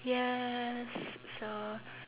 yes so